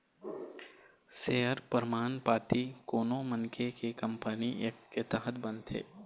share परमान पाती कोनो मनखे के कंपनी एक्ट के तहत बनथे